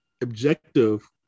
objective